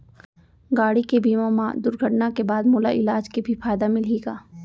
गाड़ी के बीमा मा दुर्घटना के बाद मोला इलाज के भी फायदा मिलही का?